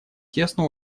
тесно